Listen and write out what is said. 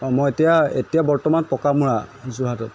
অঁ মই এতিয়া এতিয়া বৰ্তমান পকামোৰা যোৰহাটত